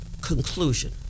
conclusion